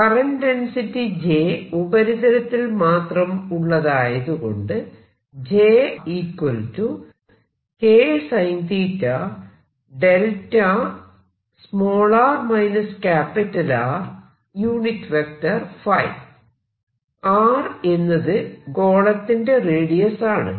current density j ഉപരിതലത്തിൽ മാത്രം ഉള്ളതായതുകൊണ്ട് R എന്നത് ഗോളത്തിന്റെ റേഡിയസ് ആണ്